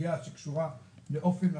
סוגיה שקשורה לאופן התפעול,